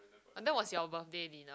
that was your birthday dinner